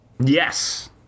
Yes